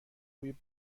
بوی